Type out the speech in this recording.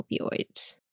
opioids